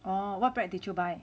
oh what bread did you buy